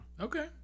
Okay